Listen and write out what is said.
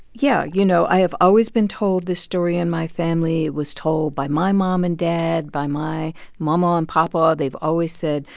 yeah. you know, i have always been told this story in my family. it was told by my mom and dad, by my mama and papa. they've always said,